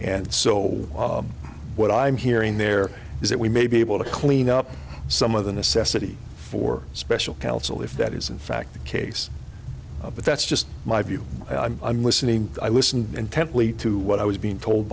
and so what i'm hearing there is that we may be able to clean up some of the necessity for special counsel if that is in fact the case but that's just my view i'm listening i listened intently to what i was being told